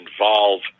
involve